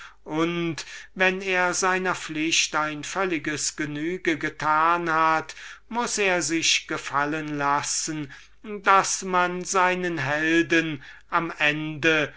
und wenn er seiner pflicht ein völliges genügen getan hat sich gefallen zu lassen daß man seinen helden am ende